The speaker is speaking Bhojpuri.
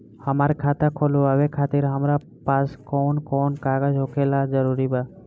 हमार खाता खोलवावे खातिर हमरा पास कऊन कऊन कागज होखल जरूरी बा?